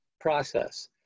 process